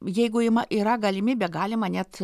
jeigu ima yra galimybė galima net